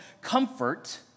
comfort